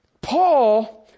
Paul